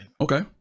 Okay